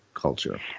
culture